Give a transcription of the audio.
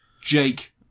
Jake